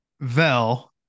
Vel